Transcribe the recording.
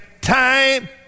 time